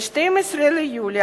ב-12 ביולי